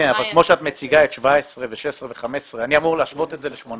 אני לא מצליח לשמוע את התשובות.